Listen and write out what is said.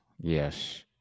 Yes